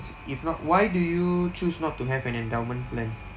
if not why do you choose not to have an endowment plan